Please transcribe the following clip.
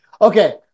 Okay